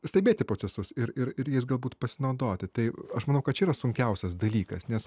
stebėti procesus ir ir jais galbūt pasinaudoti tai aš manau kad čia yra sunkiausias dalykas nes